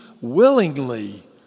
willingly